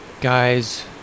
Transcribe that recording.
guys